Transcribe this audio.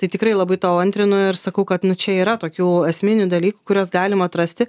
tai tikrai labai tau antrinu ir sakau kad nu čia yra tokių esminių dalykų kuriuos galim atrasti